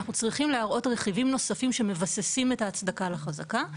אנחנו צריכים להראות רכיבים נוספים שמבססים את ההצדקה לחזקה.